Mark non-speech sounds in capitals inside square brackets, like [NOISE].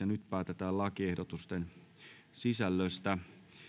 [UNINTELLIGIBLE] nyt päätetään lakiehdotusten sisällöstä